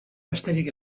besterik